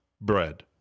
bread